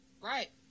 Right